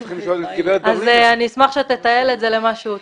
אני אשמח שתתעל את זה למשהו טוב.